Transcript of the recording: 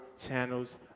channels